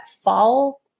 fall